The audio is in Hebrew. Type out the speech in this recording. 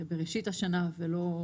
עוד פעם